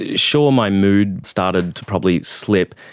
ah sure, my mood started to probably slip,